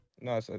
No